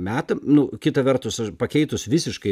metam nu kita vertus aš pakeitus visiškai